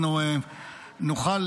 שאנחנו תומכים